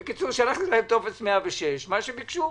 בקיצור, שלחתי בטופס 106 מה שביקשו,